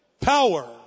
power